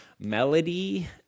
melody